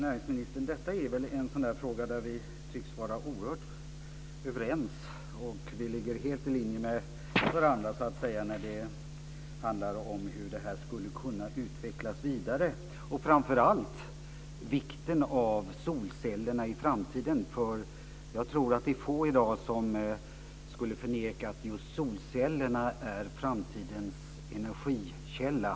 Fru talman! Detta är en fråga där vi tycks vara oerhört överens, näringsministern. Vi ligger helt i linje med varandra när det handlar om hur det skulle kunna utvecklas vidare. Framför allt gäller det vikten av solceller i framtiden. Jag tror att det är få som i dag skulle förneka att just solceller är framtidens energikälla.